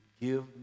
give